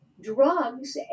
drugs